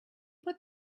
put